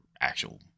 actual